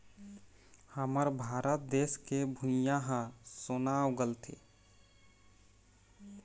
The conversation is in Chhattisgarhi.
हमर भारत देस के भुंइयाँ ह सोना उगलथे